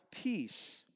peace